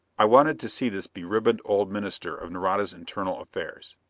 i wanted to see this beribboned old minister of nareda's internal affairs.